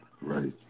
Right